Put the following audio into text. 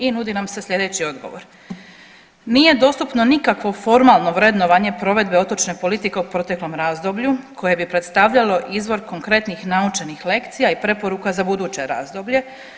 I nudi nam se sljedeći odgovor, nije dostupno nikakvo formalno vrednovanje provedbe otočne politike u proteklom razdoblju koje bi predstavljalo izvor konkretnih naučenih lekcija i preporuka za buduće razdoblje.